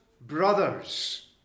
brothers